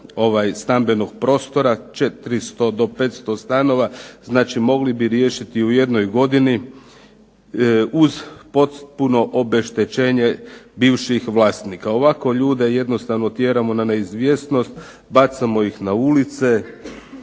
stambenog prostora, 400 do 500 stanova, znači mogli bi riješiti u jednoj godini uz potpuno obeštećenje bivših vlasnika. Ovako ljude jednostavno tjeramo na neizvjesnost, bacamo ih na ulice,